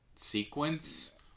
sequence